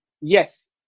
yes